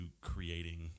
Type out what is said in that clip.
creating